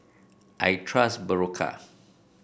I trust Berocca